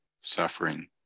suffering